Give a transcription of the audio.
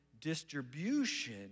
distribution